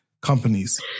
companies